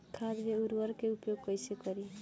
खाद व उर्वरक के उपयोग कईसे करी?